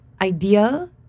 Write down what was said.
ideal